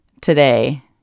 today